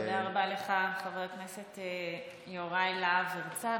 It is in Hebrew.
תודה רבה לך, חבר הכנסת יוראי להב הרצנו.